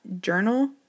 journal